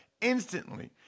instantly